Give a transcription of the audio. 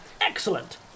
Excellent